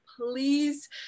please